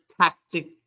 tactic